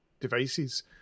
devices